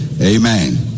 Amen